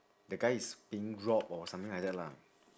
the guy is being robbed or something like that lah